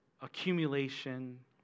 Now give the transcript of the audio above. accumulation